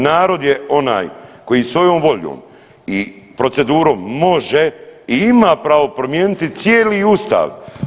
Narod je onaj koji svojom voljom i procedurom može i ima pravo promijeniti cijeli Ustav.